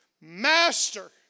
Master